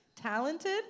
talented